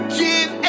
give